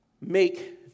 make